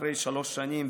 אחרי שלוש שנים,